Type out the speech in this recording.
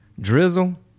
Drizzle